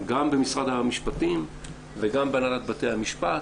גם במשרד המשפטים וגם בהנהלת בתי המשפט,